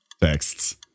Texts